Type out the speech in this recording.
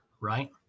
right